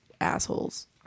assholes